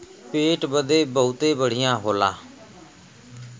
पेट बदे बहुते बढ़िया होला